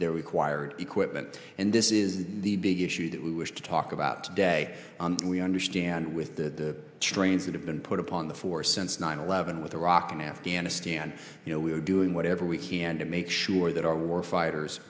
their required equipment and this is the big issue that we wish to talk about today and we understand with the trains that have been put upon the force since nine eleven with iraq and afghanistan you know we are doing whatever we can to make sure that our war fighters